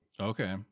Okay